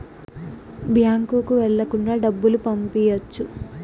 బ్యాంకుకి వెళ్ళకుండా డబ్బులు పంపియ్యొచ్చు